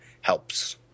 helps